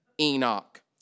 Enoch